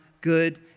good